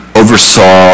oversaw